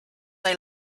they